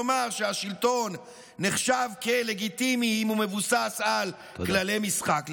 כלומר השלטון נחשב לגיטימי אם הוא מבוסס על כללי משחק,